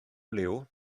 liw